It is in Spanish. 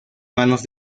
manos